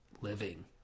living